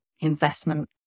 investment